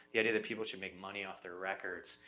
the idea that people should make money off their records,